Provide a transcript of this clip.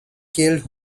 killed